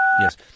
Yes